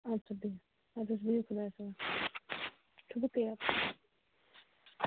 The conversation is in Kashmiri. اَدسا بِہیُو اَدٕ حظ بِہیُو خۄدایَس سوال